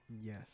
Yes